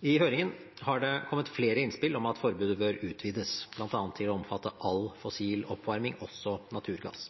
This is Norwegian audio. I høringen har det kommet flere innspill om at forbudet bør utvides bl.a. til å omfatte all fossil oppvarming, også naturgass.